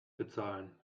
bezahlen